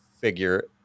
figure